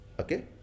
okay